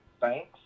thanks